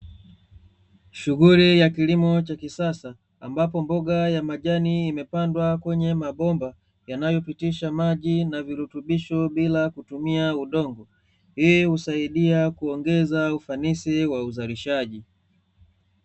Shughuli ya kilimo cha kisasa, ambapo mboga ya majani imepandwa kwenye mabomba, yanayopitisha maji na virutubisho bila kutumia udongo. Hii husaidia kuongeza ufanisi wa uzalishaji.